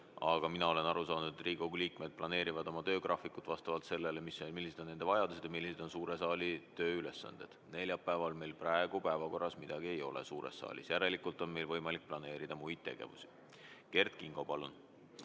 Mina olen aru saanud, et Riigikogu liikmed planeerivad oma töögraafikut vastavalt sellele, millised on nende vajadused ja millised on suure saali tööülesanded. Neljapäeval meil praegu suure saali päevakorras midagi ei ole, järelikult on meil võimalik planeerida muid tegevusi. Kert Kingo, palun!